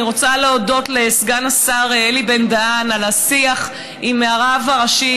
ואני רוצה להודות לסגן השר אלי בן-דהן על השיח עם הרב הראשי,